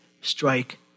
strike